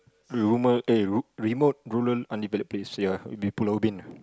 rumour eh remote rural undeveloped place ya it'll be Pulau-Ubin ah